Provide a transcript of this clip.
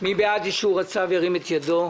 מי בעד אישור הצו ירים את ידו.